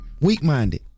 Weak-minded